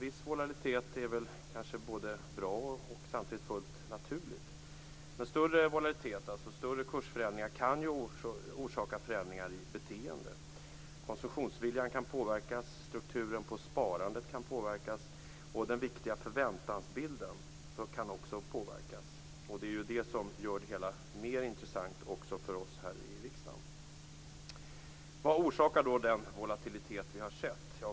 Viss volatilitet är väl både bra och samtidigt fullt naturligt. Större volatilitet - större kursförändringar - kan orsaka förändringar i beteende. Konsumtionsviljan kan påverkas, strukturen på sparandet kan påverkas och den viktiga förväntansbilden kan också påverkas. Det är det som gör det hela mer intressant också för oss i riksdagen. Vad orsakar den volatilitet vi har sett?